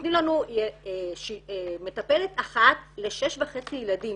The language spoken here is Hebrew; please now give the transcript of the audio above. נותנים לנו מטפלת אחת לשש וחצי ילדים,